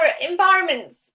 environments